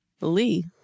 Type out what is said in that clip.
Lee